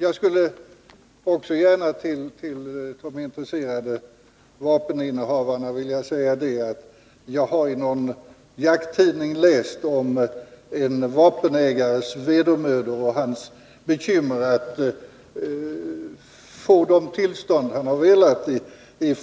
Jag hari någon jakttidning läst om en vapenägares vedermödor — jag skulle vilja säga detta till de intresserade vapeninnehavarna — och hans bekymmer att